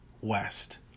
west